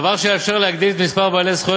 דבר שיאפשר להגדיל את מספר בעלי זכויות